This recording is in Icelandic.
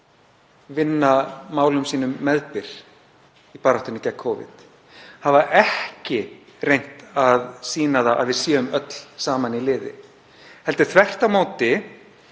vinna málum sínum meðbyr í baráttunni gegn Covid, hafa ekki reynt að sýna að við séum öll saman í liði. Þvert á móti